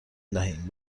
دهیم